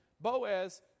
Boaz